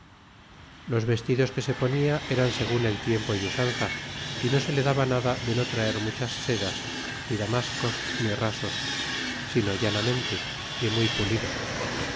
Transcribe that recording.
los vestidos que se ponia eran segun el tiempo y usanza y no be le daba nada de no traer muchas sedas ni damascos ni rasos sino llanamente y muy pu